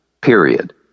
period